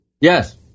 Yes